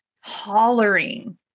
hollering